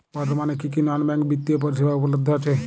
বর্তমানে কী কী নন ব্যাঙ্ক বিত্তীয় পরিষেবা উপলব্ধ আছে?